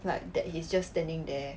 like that he's just standing there